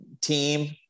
team